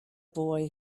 boy